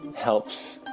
helps,